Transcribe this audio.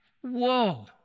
Whoa